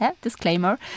disclaimer